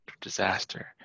disaster